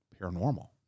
paranormal